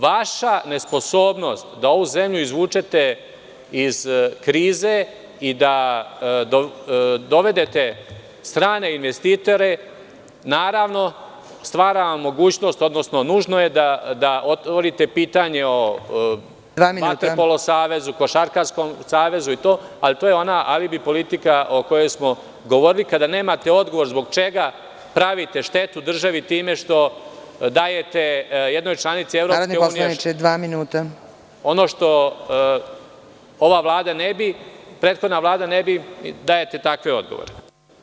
Vaša nesposobnost da ovu zemlju izvučete iz krize i da dovedete strane investitore, naravno, stvara vam mogućnost, odnosno nužno je da otvorite pitanje o Vaterpolo savezu, Košarkaškom savezu, ali to je ona alibi – politika o kojoj smo govorili, kada nemate odgovor zbog čega pravite štetu državi time što dajete jednoj članici EU ono što ova prethodna vlada ne bi, dajete takve odgovore.